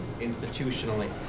institutionally